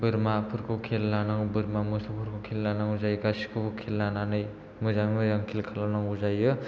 बोरमाफोरखौ खेल लानांगौ मोसौ बोरमाफोरखौ खेल लानांगौ जायो गासिखौबो खेल लानानै मोजाङै मोजां खेल खालामनांगौ जायो